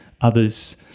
others